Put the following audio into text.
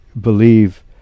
believe